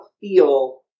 feel